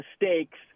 mistakes –